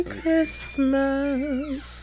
Christmas